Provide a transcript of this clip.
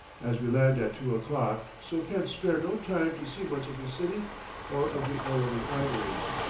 as we land at two o'clock so can spare no time to see much of the city or of the oil-refineries.